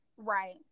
Right